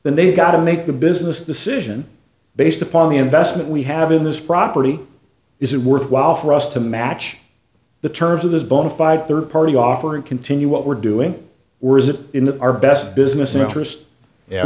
then they've got to make a business decision based upon the investment we have in this property is it worthwhile for us to match the terms of this bona fide third party offer and continue what we're doing we're in the our best business